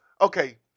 okay